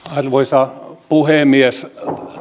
arvoisa puhemies